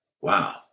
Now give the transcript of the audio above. Wow